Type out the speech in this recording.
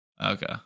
Okay